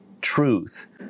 truth